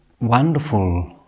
wonderful